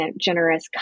generous